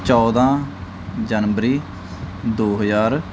ਚੌਦਾਂ ਜਨਵਰੀ ਦੋ ਹਜਾਰ